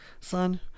Son